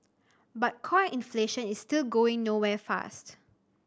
but core inflation is still going nowhere fast